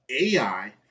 AI